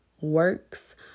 works